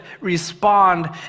respond